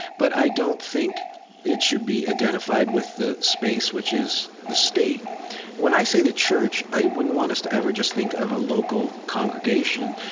but i don't think it should be identified with the space which is the state when i say the church, i wouldn't want us to ever just think of a local congregation,